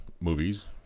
movies